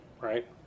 right